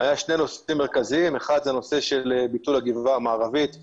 היו שני נושאים מרכזיים כאשר האחד הוא הנושא של ביטול הקרבה המערבית,